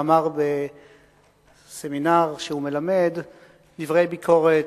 שאמר בסמינר שהוא מלמד דברי ביקורת